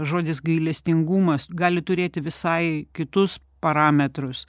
žodis gailestingumas gali turėti visai kitus parametrus